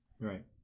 right